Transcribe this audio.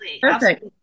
Perfect